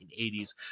1980s